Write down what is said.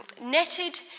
netted